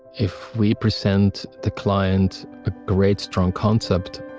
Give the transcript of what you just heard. if we present the client a great strong concept,